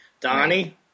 Donnie